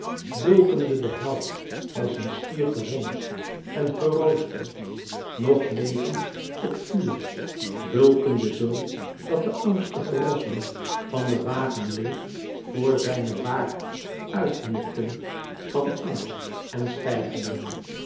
bulkende de held als een stier gewond en geroosterd nog levend op vuur bùlkende zoo dat de angstige rossen van den wagen leêg vor zijne bare uit hinnikten van angst en